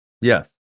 Yes